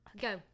Go